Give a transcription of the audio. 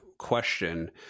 question